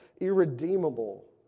irredeemable